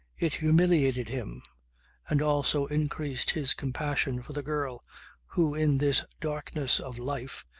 it humiliated him and also increased his compassion for the girl who in this darkness of life,